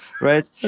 right